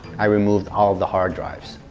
i removed all the hard drives.